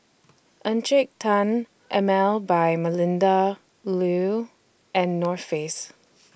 Encik Tan Emel By Melinda Looi and North Face